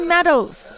Meadows